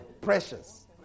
Precious